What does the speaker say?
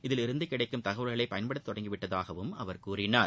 இதில் இருந்து கிடைக்கும் தகவல்களை பயன்படுத்தத் தொடங்கிவிட்டதாகவும் அவர் கூறினார்